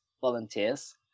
volunteers